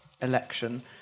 election